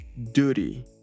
duty